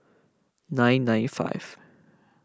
nine nine five